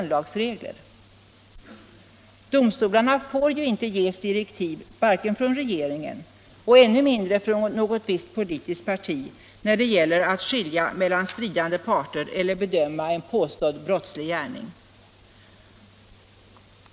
Domstolarna får inte ges direktiv från regeringen och ännu mindre från något visst politiskt parti när det gäller att skilja mellan stridande parter eller bedöma en påstådd brottslig gärning.